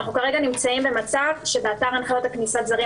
אנחנו כרגע נמצאים במצב שבאתר הנחיות כניסת זרים